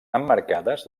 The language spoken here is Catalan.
emmarcades